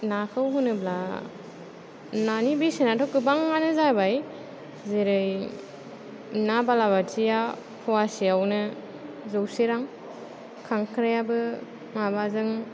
नाखौ होनोब्ला नानि बेसेनाथ' गोबाङानो जाबाय जेरै ना बालाबाथिया फवासेआवनो जौसे रां खांख्रायाबो माबाजों